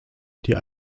die